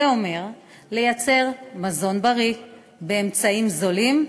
זה אומר לייצר מזון בריא באמצעים זולים,